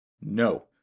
No